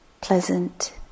pleasant